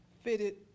fitted